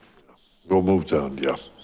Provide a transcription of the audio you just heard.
we'll move down, yes.